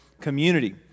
community